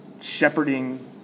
shepherding